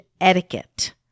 etiquette